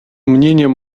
мнениям